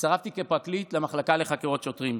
הצטרפתי כפרקליט למחלקה לחקירות שוטרים.